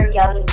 young